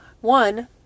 one